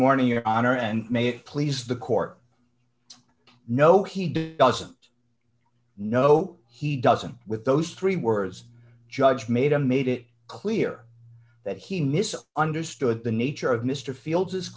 morning your honor and may it please the court no he doesn't no he doesn't with those three words judge made a made it clear that he miss understood the nature of mr fields